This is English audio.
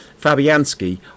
Fabianski